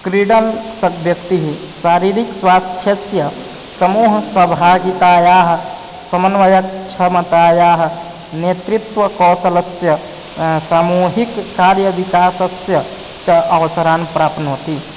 क्रीडन् सा व्यक्तिः शारीरिक्स्वास्थ्यस्य समूहसहभागितायाः समन्वयक्षमतायाः नेतृत्वकौशलस्य सामूहिककार्यविकासस्य च अवसरान् प्राप्नोति